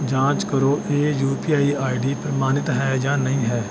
ਜਾਂਚ ਕਰੋ ਇਹ U P I I D ਪ੍ਰਮਾਣਿਤ ਹੈ ਜਾਂ ਨਹੀਂ ਹੈ